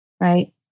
Right